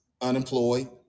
unemployed